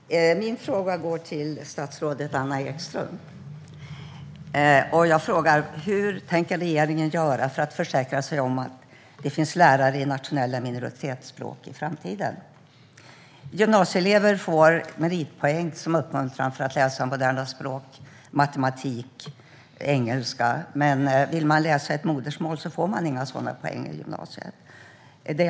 Herr talman! Min fråga går till statsrådet Anna Ekström. Hur tänker regeringen göra för att försäkra sig om att det finns lärare i nationella minoritetsspråk i framtiden? Gymnasieelever får meritpoäng som uppmuntran för att läsa moderna språk, matematik och engelska, men vill man läsa ett modersmål får man inga sådana poäng.